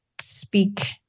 speak